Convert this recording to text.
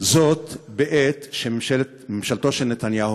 זאת בעת שממשלתו של נתניהו,